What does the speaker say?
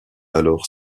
alors